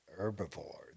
herbivore